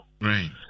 Right